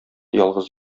ялгыз